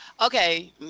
Okay